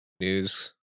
news